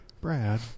Brad